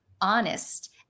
honest